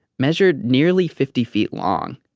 measured nearly fifty feet long.